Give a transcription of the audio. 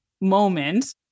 moment